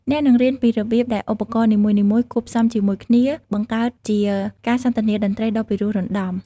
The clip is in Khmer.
អ្នកនឹងរៀនពីរបៀបដែលឧបករណ៍នីមួយៗ គួបផ្សំជាមួយគ្នា បង្កើតជាការសន្ទនាតន្ត្រីដ៏ពិរោះរណ្ដំ។